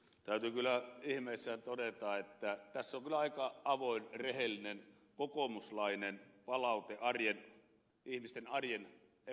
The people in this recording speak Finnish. täytyy ihmeissään todeta että tässä on kyllä aika avoin rehellinen kokoomuslainen palaute ihmisten arjen epäkohdista